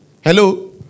Hello